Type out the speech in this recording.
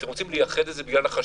אתם רוצים לייחד את זה בגלל החשיבות?